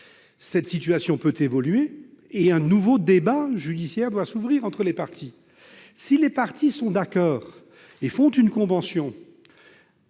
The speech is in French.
cette situation évolue, un nouveau débat judiciaire doit s'ouvrir entre les parties. Si les parties sont d'accord et concluent une convention,